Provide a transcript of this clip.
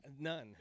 None